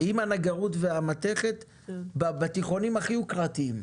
עם הנגרות והמתכת, בתיכונים הכי יוקרתיים.